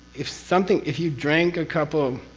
if something. if you drank a couple